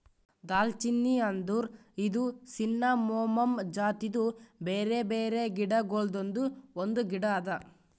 ದಾಲ್ಚಿನ್ನಿ ಅಂದುರ್ ಇದು ಸಿನ್ನಮೋಮಮ್ ಜಾತಿದು ಬ್ಯಾರೆ ಬ್ಯಾರೆ ಗಿಡ ಗೊಳ್ದಾಂದು ಒಂದು ಗಿಡ ಅದಾ